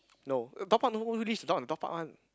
no uh dog park no leash in the dog park one